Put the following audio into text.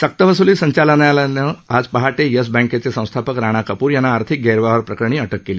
सक्तवसूली संचालनालयानं आज पहापे येस बँकेचे संस्थापक राणा कपूर यांना आर्थिक गैरव्यवहार प्रकरणी अधक केली